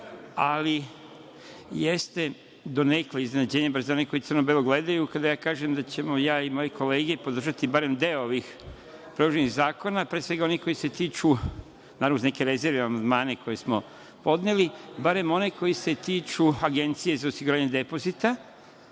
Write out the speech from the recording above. ali jeste donekle iznenađenje, baš za one koji crno belo gledaju kada ja kažem da ćemo ja i moje kolege podržati barem deo ovih predloženih zakona, pre svega onih koji se tiču, naravno uz neke rezerve i amandmane koje smo podneli, Agencije za osiguranje depozita